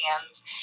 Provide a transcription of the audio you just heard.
hands